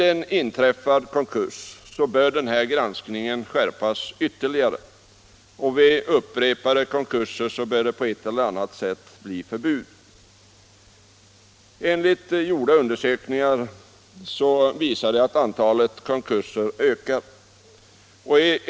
Vid inträffad konkurs bör granskningen skärpas ytterligare, och vid upprepade konkurser bör det på ett eller annat sätt bli förbud. Undersökningar visar att antalet konkurser ökar.